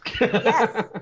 Yes